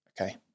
Okay